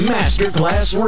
Masterclass